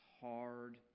hard